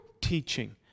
teaching